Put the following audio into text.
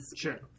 Sure